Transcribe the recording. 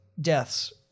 deaths